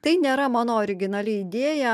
tai nėra mano originali idėja